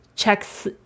checks